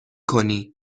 کنی